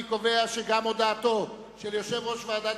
אני קובע שגם הודעתו של יושב-ראש ועדת